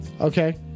Okay